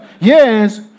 Yes